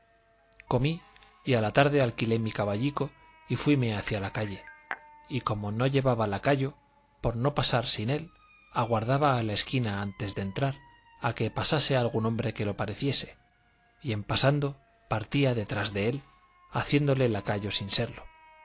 comí y a la tarde alquilé mi caballico y fuime hacia la calle y como no llevaba lacayo por no pasar sin él aguardaba a la esquina antes de entrar a que pasase algún hombre que lo pareciese y en pasando partía detrás de él haciéndole lacayo sin serlo